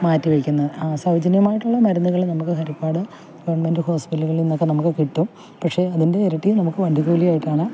മാറ്റിവെക്കുന്നത് സൗജന്യമായിട്ടുള്ള മരുന്നുകൾ നമുക്ക് ഹരിപ്പാട് ഗവൺമെൻറ്റ് ഹോസ്പിറ്റലുകളിൽ നിന്നൊക്കെ നമുക്ക് കിട്ടും പക്ഷെ അതിൻ്റെ ഇരട്ടി നമുക്ക് വണ്ടിക്കൂലിയായിട്ടാണ്